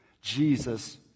Jesus